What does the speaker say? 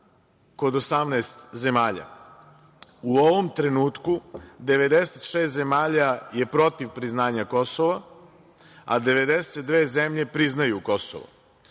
kod 18 zemalja. U ovom trenutku 96 zemalja je protiv priznanja Kosova, a 92 zemlje priznaju Kosovo.